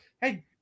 Hey